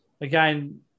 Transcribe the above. again